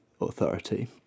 authority